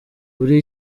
buri